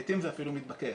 לעתים זה אפילו מתבקש.